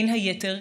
בין היתר,